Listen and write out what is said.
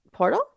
portal